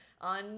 on